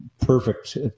perfect